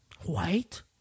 white